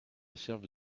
serve